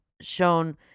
shown